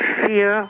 fear